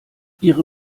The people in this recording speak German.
ihre